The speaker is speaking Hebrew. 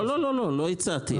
לא הצעתי.